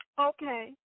Okay